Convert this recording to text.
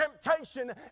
temptation